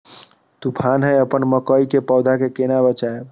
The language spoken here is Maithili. तुफान है अपन मकई के पौधा के केना बचायब?